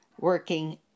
working